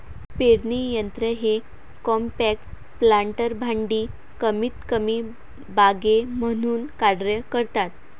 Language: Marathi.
पेरणी यंत्र हे कॉम्पॅक्ट प्लांटर भांडी कमीतकमी बागे म्हणून कार्य करतात